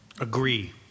Agree